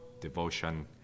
devotion